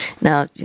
now